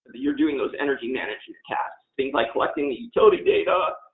you're doing those energy management tasks, things like collecting the utility data,